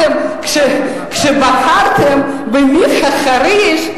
כשבחרתם במיכה חריש,